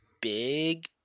big